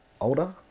older